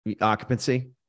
occupancy